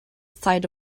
side